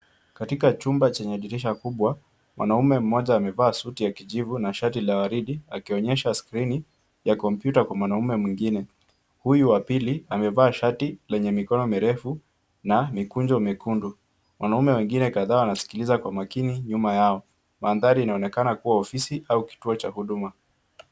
Katika chumba chenye dirisha kubwa, mwanamume mmoja amevaa suti ya kijivu na shati la waridi akionyesha skrini ya kompyuta kwa mwanaume mwingine. Huyu wa pili amevaa shati lenye mikono mirefu na mikunjo mekundu. Wanaume wengine kadhaa wanasikiliza kwa makini nyuma yao. Mandhari inaonekana kuwa ofisi au kituo cha huduma.